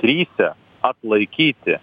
tryse atlaikyti